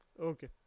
Okay